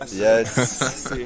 yes